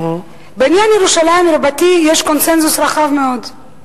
בעניין ירושלים רבתי יש קונסנזוס רחב מאוד.